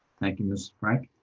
thank you, ms. frank.